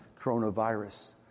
coronavirus